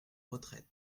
retraite